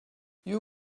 you